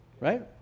right